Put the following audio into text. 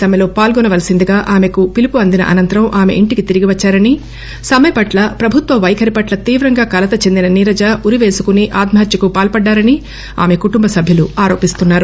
సమ్మెలో పాల్గొనవలసిందిగా ఆమెకు పిలుపు అందిన అనంతరం ఆమె ఇంటికి తిరిగి వచ్చారని సమ్మె పట్ల ప్రభుత్వ వైఖరి పట్ల తీవ్రంగా కలత చెందిన నీరజ ఉరి పేసుకుని ఆత్మహత్యకు పాల్పడ్డారని కుటుంబ సభ్యులు ఆరోపిస్తున్నారు